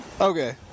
Okay